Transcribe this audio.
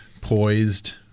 poised